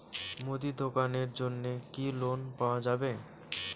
মুদি দোকানের জন্যে কি লোন পাওয়া যাবে?